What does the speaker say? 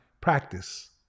Practice